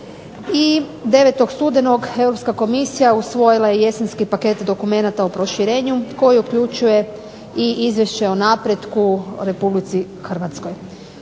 i 9. studenog Europska Komisija usvojila je jesenski paket dokumenata o proširenju, koji uključuje i izvješće o napretku Republici Hrvatskoj.